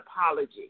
apology